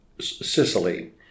Sicily